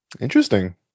Interesting